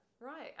Right